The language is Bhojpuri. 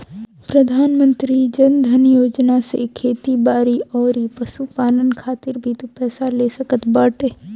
प्रधानमंत्री जन धन योजना से खेती बारी अउरी पशुपालन खातिर भी तू पईसा ले सकत बाटअ